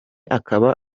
akaba